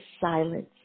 silence